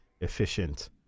efficient